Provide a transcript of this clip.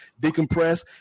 decompress